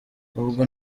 ubwo